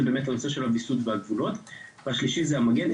זה באמת הנושא של הוויסות והגבולות והשלישי זה המגן.